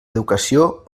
educació